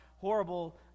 horrible